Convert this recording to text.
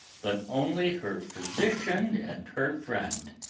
but only her physician and her friend.